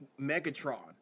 Megatron